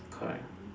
correct